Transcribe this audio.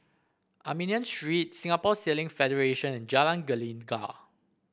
Armenian Street Singapore Sailing Federation and Jalan Gelegar